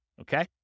Okay